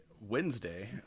Wednesday